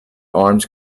arms